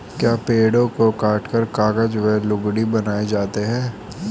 क्या पेड़ों को काटकर कागज व लुगदी बनाए जाते हैं?